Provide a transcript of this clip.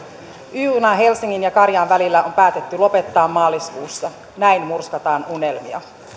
juna helsingin ja karjaan välillä on päätetty lopettaa maaliskuussa näin murskataan unelmia